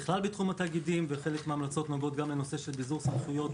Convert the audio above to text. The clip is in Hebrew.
בכלל בתחום התאגידים וגם לגבי ביזור סמכויות